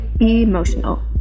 emotional